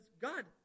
God